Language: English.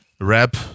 rap